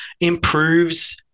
improves